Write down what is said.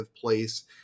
place